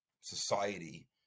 society